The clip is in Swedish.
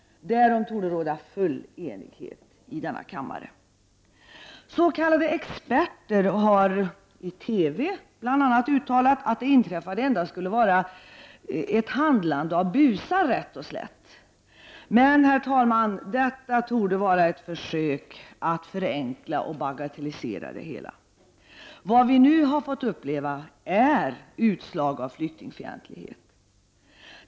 Därom torde råda full enighet i denna kammare. S.k. experter har bl.a. i TV uttalat att det inträffade endast skulle vara ett handlande av ”busar” rätt och slätt. Men, herr talman, detta torde vara ett försök att förenkla och bagatellisera! Vad vi nu har fått uppleva är utslag av flyktingfientlighet.